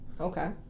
Okay